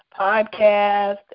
podcast